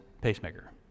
pacemaker